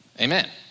Amen